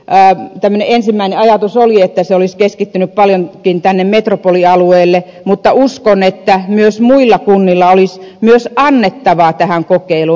ilmeisesti tämmöinen ensimmäinen ajatus oli että se olisi keskittynyt paljonkin tänne metropolialueelle mutta uskon että myös muilla kunnilla olisi annettavaa tähän kokeiluun